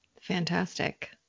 Fantastic